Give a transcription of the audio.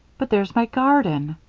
but there's my garden,